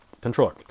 controller